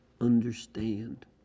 understand